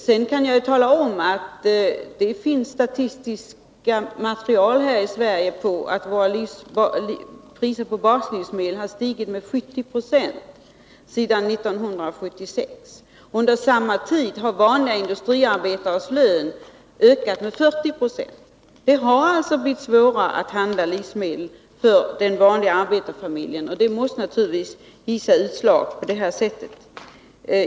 Jag kan tala om att det här i Sverige finns statistiskt material på att priserna på baslivsmedel har stigit med 70 70 sedan 1976. Under samma tid har en vanlig industriarbetares lön ökat med 40 96. Det har alltså blivit svårare att handla livsmedel för den vanliga arbetarfamiljen. Det måste naturligtvis ge utslag på detta sätt.